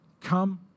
come